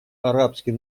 арабский